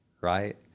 right